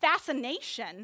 fascination